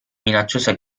minacciosa